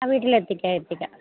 ആ വീട്ടിലെത്തിക്കാം എത്തിക്കാം